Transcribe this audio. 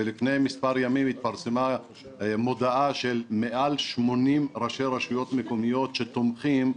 ולפני כמה ימים התפרסמה מודעה של מעל 80 ראשי רשויות מקומיות שתומכים,